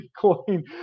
Bitcoin